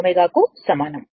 కు సమానం